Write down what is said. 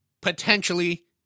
potentially